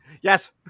Yes